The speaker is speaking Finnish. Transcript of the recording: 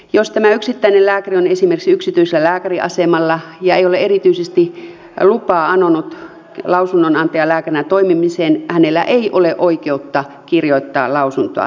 jos tämä yksittäinen lääkäri on esimerkiksi yksityisellä lääkäriasemalla ja ei ole erityisesti lupaa anonut lausunnonantajalääkärinä toimimiseen hänellä ei ole oikeutta kirjoittaa lausuntoa tänäänkään